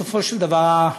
בסופו של דבר,